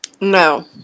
no